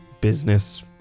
business